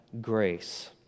Grace